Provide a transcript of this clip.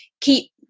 keep